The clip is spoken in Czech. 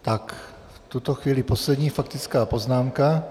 Tak v tuto chvíli poslední faktická poznámka.